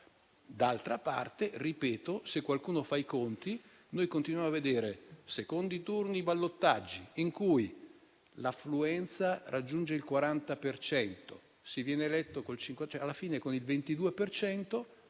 D'altra parte - ripeto - se qualcuno fa i conti, si continuano a vedere secondi turni (ballottaggi) in cui l'affluenza raggiunge il 40 per cento e si viene eletti alla fine con il 22